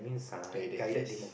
guided yes